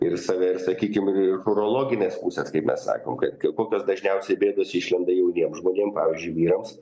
ir save ir sakykim ir urologinės pusės kaip mes sakom kad kokios dažniausiai bėdos išlenda jauniems žmonėm pavyzdžiui vyrams